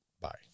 bye